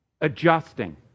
Adjusting